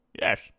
yes